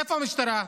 איפה המשטרה?